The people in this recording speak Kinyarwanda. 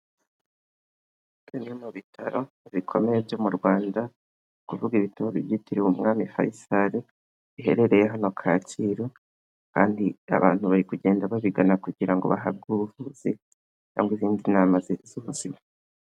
Bimwe mu bitaro bikomeye byo mu Rwanda, kuvuga ibitero byitiriwe umwami Faisal biherereye hano Kacyiru, kandi abantu bari kugenda babigana kugira ngo bahabwe ubuvuzi cyangwa izindi nama z'ubuzima.